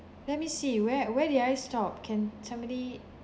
let me see where where did I stop can somebody